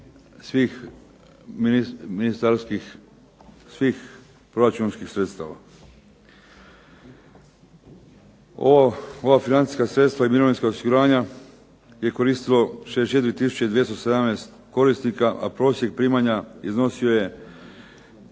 svih proračunskih sredstava. Ova financijska sredstva i mirovinska osiguranja je koristilo 64 tisuće 217 korisnika, a prosjek primanja iznosio je